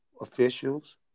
officials